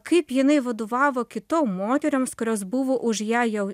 kaip jinai vadovavo kitom moterims kurios buvo už ją jau